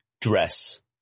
dress